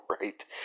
Right